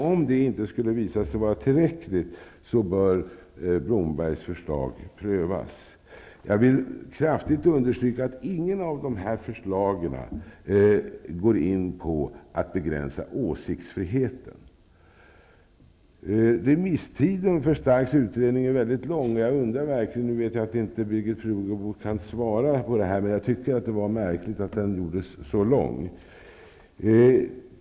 Om det inte skulle visa sig vara tillräckligt bör Blombergs förslag prövas. jag vill kraftigt understryka att inget av de här förslagen går in på att begränsa åsiktsfriheten. Remisstiden för Starks utredning är mycket lång. Jag vet att Birgit Friggebo inte kan svara på detta. Men jag tycker att det var märkligt att den gjordes så lång.